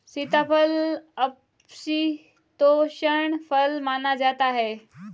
सीताफल उपशीतोष्ण फल माना जाता है